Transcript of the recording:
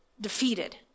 defeated